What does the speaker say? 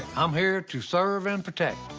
i'm here to serve and protect.